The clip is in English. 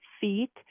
feet